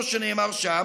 כמו שנאמר שם,